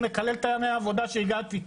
אני מקלל את ימי העבודה שבהם הגעתי לעבודה.